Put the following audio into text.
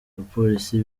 abapolisi